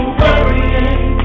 worrying